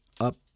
up